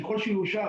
ככל שהוא יאושר,